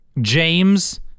James